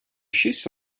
шість